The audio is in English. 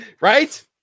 Right